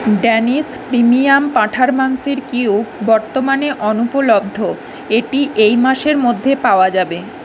Danish premium পাঁঠার মাংসের cube বর্তমানে অনুপলব্ধ এটি এই মাসের মধ্যে পাওয়া যাবে